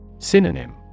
Synonym